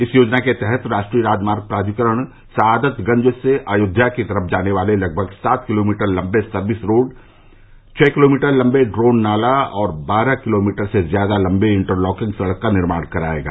इस योजना के तहत राष्ट्रीय राजमार्ग प्राधिकरण सआदतगंज से अयोध्या की तरफ जाने वाले लगभग सात किलोमीटर लम्बे सर्विस रोड छह किलोमीटर लम्बे ड्रोन नाला और बारह किलोमीटर से ज़्यादा लम्बी इंटरलॉकिंग सड़क का निर्माण करायेगा